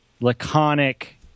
laconic